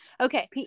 okay